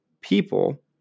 people